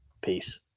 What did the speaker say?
Peace